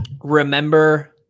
Remember